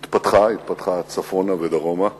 התפתחה, התפתחה צפונה ודרומה בעיקר,